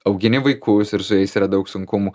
augini vaikus ir su jais yra daug sunkumų